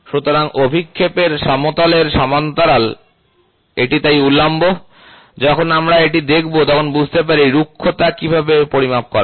সুতরাং অভিক্ষেপের সমতলের সমান্তরাল এটি তাই উল্লম্ব যখন আমরা এটি দেখব তখন বুঝতে পারি রুক্ষতা কীভাবে পরিমাপ করা হয়